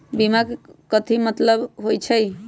बीमा के मतलब कथी होई छई?